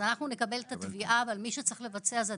אנחנו נקבל את התביעה אבל מישהו צריך לבצע.